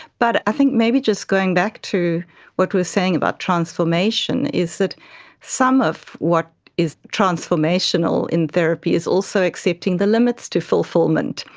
but i think maybe just going back to what we were saying about transformation is that some of what is transformational in therapy is also accepting the limits to fulfilment,